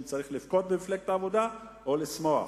אם צריך לבכות במפלגת העבודה או לשמוח.